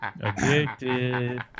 Addicted